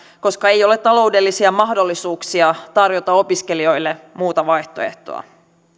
koska ei ole taloudellisia mahdollisuuksia tarjota opiskelijoille muuta vaihtoehtoa